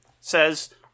says